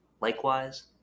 Likewise